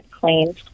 claims